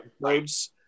Right